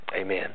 Amen